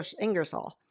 Ingersoll